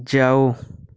जाओ